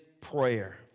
prayer